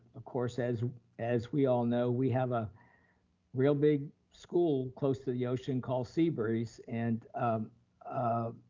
of course, as as we all know, we have a real big school close to the ocean called seabreeze, and ah